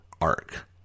arc